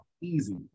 Easy